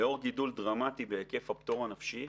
לאור גידול דרמטי בהיקף הפטור הנפשי,